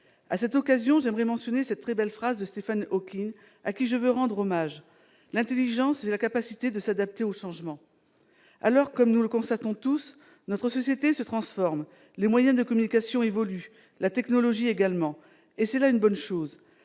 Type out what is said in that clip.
À cette occasion, je veux citer cette très belle phrase de Stephen Hawking, à qui je veux rendre hommage, « l'intelligence, c'est la capacité de s'adapter au changement ». Comme nous le constatons tous, notre société se transforme, les moyens de communication évoluent, la technologie également, et c'est là une bonne chose.